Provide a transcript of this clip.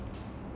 like